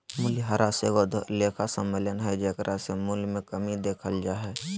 मूल्यह्रास एगो लेखा सम्मेलन हइ जेकरा से मूल्य मे कमी देखल जा हइ